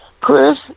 Chris